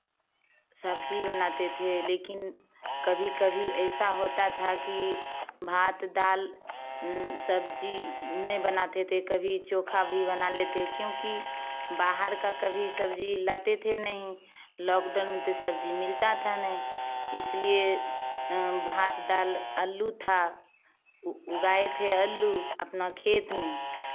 सब्जी बनाते थे लेकिन कभी कभी ऐसा भी होता था कि भात दाल सब्जी नहीं बनाते थे कभी चोखा भी बना लेते क्योंकि बाहर का कभी सब्जी लाते थे नहीं लॉकडाउन में तो सब्जी मिलता था नहीं इसलिए भात दाल आलू था उगाए थे आलू अपना खेत में